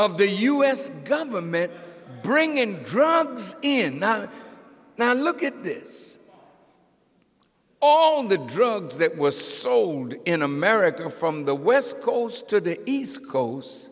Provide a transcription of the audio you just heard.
of the u s government bringing drugs in not now look at this all the drugs that was sold in america from the west coast to the east coast